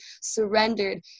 surrendered